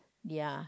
ya